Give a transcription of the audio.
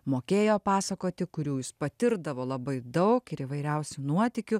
mokėjo pasakoti kurių jis patirdavo labai daug ir įvairiausių nuotykių